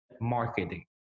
marketing